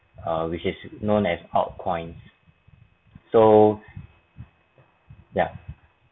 err which is known as pop coin so yeah